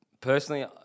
Personally